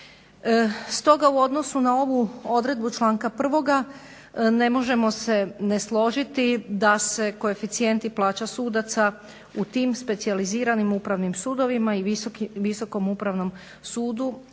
Stoga na ovu odredbu članka 1. ne možemo se ne složiti da se koeficijenti plaća sudaca u tim specijaliziranim upravnim sudovima i Visokom upravnom sudu